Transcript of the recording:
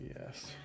yes